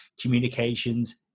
communications